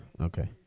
Okay